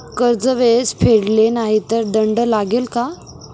कर्ज वेळेत फेडले नाही तर दंड लागेल का?